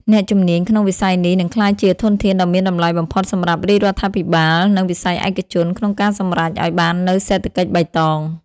អ្នកជំនាញក្នុងវិស័យនេះនឹងក្លាយជាធនធានដ៏មានតម្លៃបំផុតសម្រាប់រាជរដ្ឋាភិបាល និងវិស័យឯកជន ក្នុងការសម្រេចឱ្យបាននូវសេដ្ឋកិច្ចបៃតង។